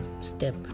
step